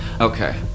okay